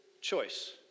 choice